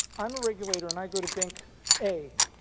i'm a regulator and i go to bank a.